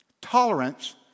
tolerance